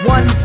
One